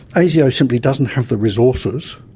asio simply doesn't have the resources,